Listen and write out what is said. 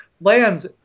lands